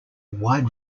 wide